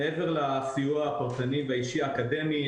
מעבר לסיוע הפרטני והאישי האקדמי,